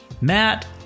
Matt